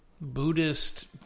Buddhist